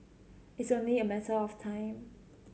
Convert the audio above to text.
it's only a matter of time